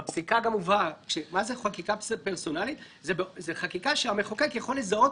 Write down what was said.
בפסיקה גם הובהר מה זאת חקיקה פרסונלית זאת חקיקה שהמחוקק יכול לזהות